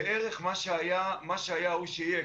בערך מה שהיה הוא שיהיה.